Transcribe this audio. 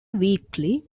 weekly